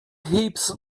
heaps